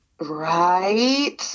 Right